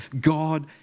God